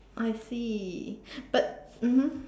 I see but mmhmm